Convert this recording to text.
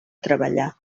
treballar